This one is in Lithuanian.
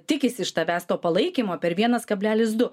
tikisi iš tavęs to palaikymo per vienas kablelis du